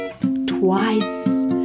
twice